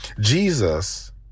Jesus